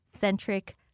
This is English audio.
centric